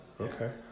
okay